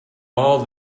all